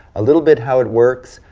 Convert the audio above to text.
a little bit how it works,